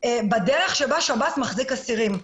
בדרך בה שב"ס מחזיק אסירים.